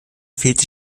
fehlte